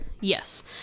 Yes